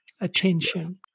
attention